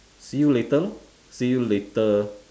see you later lor see you later